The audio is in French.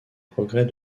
progrès